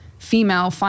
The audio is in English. female